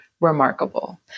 remarkable